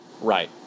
right